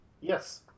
yes